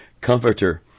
comforter